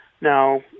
Now